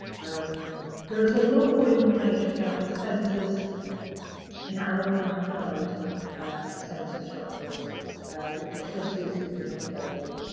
um there is a lot more information about the census in our online guide on census records which has just recently been updated.